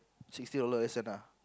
sixty dollar lesson lah